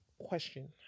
Question